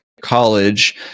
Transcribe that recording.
college